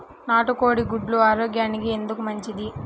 నాటు కోడి గుడ్లు ఆరోగ్యానికి ఎందుకు మంచిది?